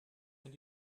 denn